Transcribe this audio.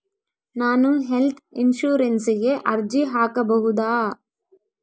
ನಾನು ಹೆಲ್ತ್ ಇನ್ಶೂರೆನ್ಸಿಗೆ ಅರ್ಜಿ ಹಾಕಬಹುದಾ?